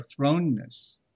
throneness